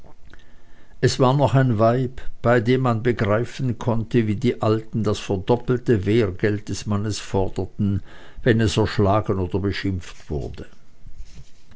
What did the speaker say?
es war noch ein weib bei dem man begreifen konnte wie die alten das verdoppelte wergeld des mannes forderten wenn es erschlagen oder beschimpft wurde